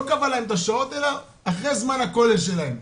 לא קבע להם את השעות, אלא אחרי זמן הכולל שלהם.